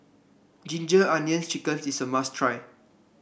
Ginger Onions chicken is a must try